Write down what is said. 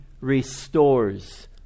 restores